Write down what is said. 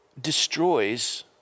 destroys